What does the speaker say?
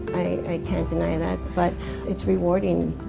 i can't deny that, but it's rewarding.